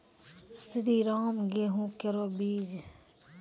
श्रीराम गेहूँ केरो बीज?